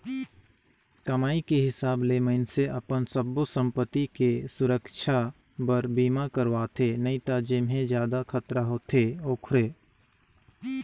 कमाई के हिसाब ले मइनसे अपन सब्बो संपति के सुरक्छा बर बीमा करवाथें नई त जेम्हे जादा खतरा होथे ओखरे